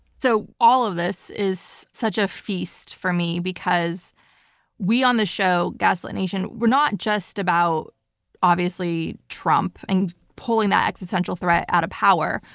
so all of this is such a feast for me because we on the show gaslit nation, we're not just about obviously trump and pulling that existential threat out of power,